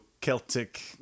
Celtic